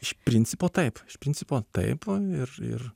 iš principo taip iš principo taip ir ir